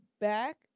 back